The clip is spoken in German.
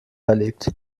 verlegt